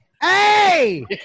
Hey